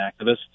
activists